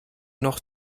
noch